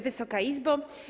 Wysoka Izbo!